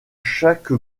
chaque